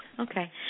Okay